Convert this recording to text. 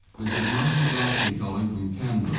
this is monty mcclosky calling from canberra.